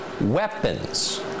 weapons